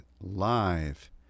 Live